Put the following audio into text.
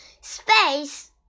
Space